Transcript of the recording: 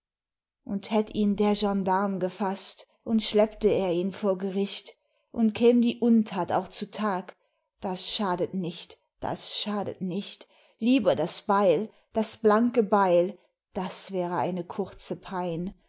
und hätt ihn der gensdarm gefaßt und schleppte er ihn vor gericht und käm die untat auch zu tag das schadet nicht schadet nicht lieber das beil das blanke beil das wäre eine kurze pein